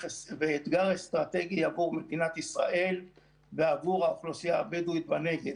ואתגר אסטרטגי עבור מדינת ישראל ועבור האוכלוסייה הבדואית בנגב.